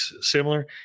similar